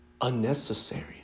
unnecessary